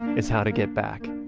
is how to get back.